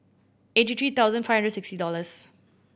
eighty three thousand five hundred sixty dollars